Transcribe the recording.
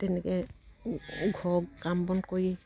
তেনেকে ঘৰ কাম বন কৰি